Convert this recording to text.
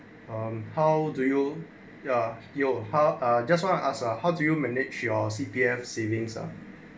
um how do you ya you ha ah just want to ask how do you manage your C_P_F savings ah